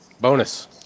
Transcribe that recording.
bonus